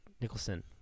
Nicholson